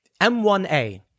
M1A